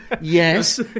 Yes